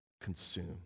consume